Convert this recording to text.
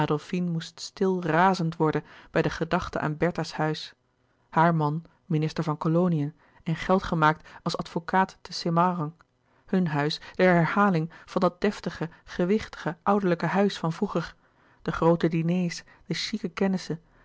moest stil razend worden bij de gedachte aan bertha's huis haar man minister van koloniën en geld gemaakt als advocaat te semarang hun huis de herhaling van dat deftige gewichtige ouderlijke huis van vroeger de groote diners de chique kennissen